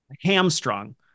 hamstrung